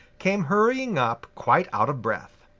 came hurrying up quite out of breath.